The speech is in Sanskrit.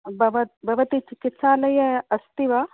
भवत् भवती चिकित्सालये अस्ति वा